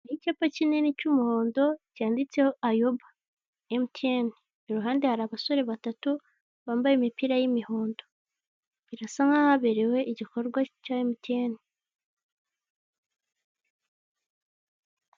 Ni icyapa kinini cy'umuhondo cyanditseho ayoba emutiyene, iruhande hari abasore batatu bambaye imipira y'imihondo, birasa nk'aho haberewe igikorwa cya emutiyene.